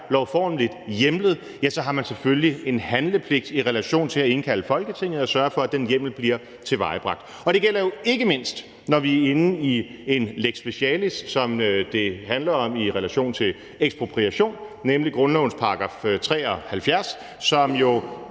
lovformeligt hjemlet, ja, så har man selvfølgelig en handlepligt i relation til at indkalde Folketinget og sørge for, at den hjemmel bliver tilvejebragt. Og det gælder jo ikke mindst, når vi er inde i en lex specialis, som det handler om i relation til ekspropriation, nemlig grundlovens § 73, som jo